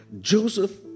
Joseph